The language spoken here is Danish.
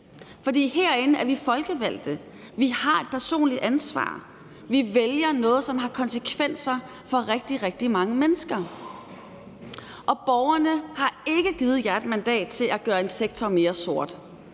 For herinde er vi folkevalgte. Vi har et personligt ansvar. Vi vælger noget, som har konsekvenser for rigtig, rigtig mange mennesker. Og borgerne har ikke givet jer et mandat til at gøre en sektor mere sort.